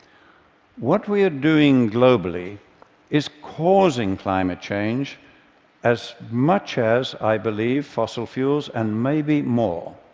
what we are doing globally is causing climate change as much as, i believe, fossil fuels, and maybe more